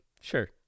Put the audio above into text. Sure